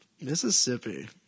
Mississippi